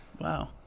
Wow